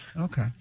Okay